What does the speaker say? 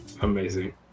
Amazing